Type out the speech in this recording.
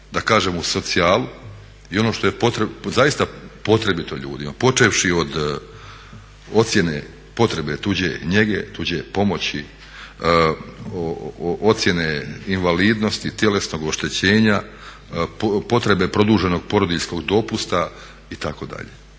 da kažem uz socijalu i ono što je zaista potrebito ljudima počevši od ocjene potrebe tuđe njege, tuđe pomoći, ocjene invalidnosti, tjelesnog oštećenja, potrebe produženog porodiljskog dopusta itd.. Dakle